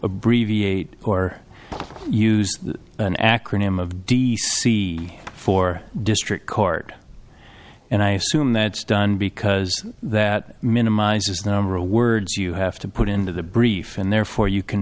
abbreviate or use an acronym of d c for district court and i assume that's done because that minimizes number of words you have to put into the brief and therefore you can